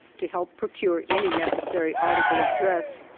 to help procure any neces sary article of dress.